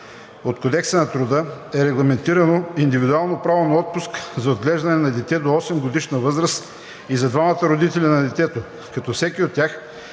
от Кодекса на труда е регламентирано индивидуално право на отпуск за отглеждане на дете до 8-годишна възраст и за двамата родители на детето като всеки от тях